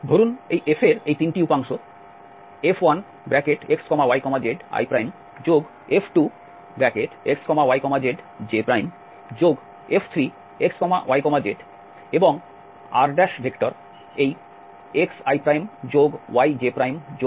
ধরুন এই F এর এই তিনটি উপাংশ F1xyziF2xyzjF3xyz এবং r এই xiyjzk